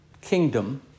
kingdom